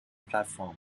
platform